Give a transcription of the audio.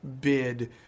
bid